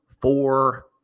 four